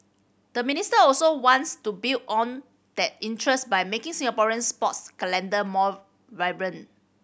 the minister also wants to build on that interest by making Singaporeans sports calendar more vibrant